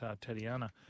Tatiana